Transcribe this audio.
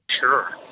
Sure